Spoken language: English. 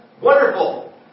Wonderful